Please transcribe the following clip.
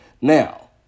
Now